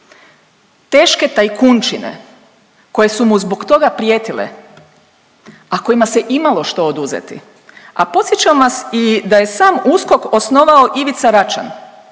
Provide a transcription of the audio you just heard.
teške tajkunčine koje su mu zbog toga prijetile, a kojima se imalo što oduzeti. A podsjećam vas i da je sam USKOK osnovao sam Ivica Račan.